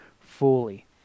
fully